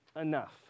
enough